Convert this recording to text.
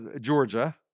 Georgia